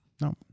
No